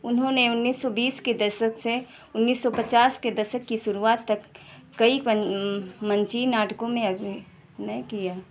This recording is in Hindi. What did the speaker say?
उन्होंने उन्नीस सौ बीस के दशक से उन्नीस सौ पचास के दशक की शुरुआत तक कई मंचीय नाटकों में अभिनय किया